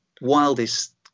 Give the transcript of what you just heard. wildest